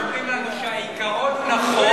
הם עולים ואומרים לנו שהעיקרון נכון,